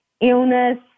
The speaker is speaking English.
illness